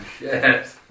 yes